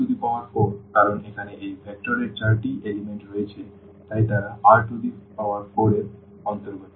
সুতরাং R4 কারণ এখানে এই ভেক্টর এর চারটি উপাদান রয়েছে তাই তারা R4 এর অন্তর্গত